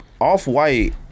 Off-White